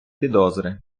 підозри